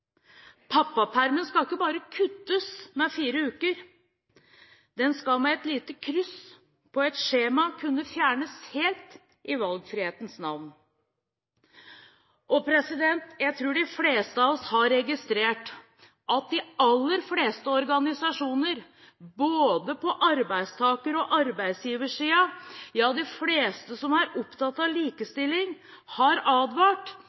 Pappapermen skal ikke bare kuttes med fire uker, den skal med et lite kryss på et skjema kunne fjernes helt – i valgfrihetens navn. Jeg tror de fleste av oss har registrert at de aller fleste organisasjoner, både på arbeidstaker- og arbeidsgiversiden, ja, de fleste som er opptatt av likestilling, har advart.